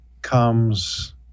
Comes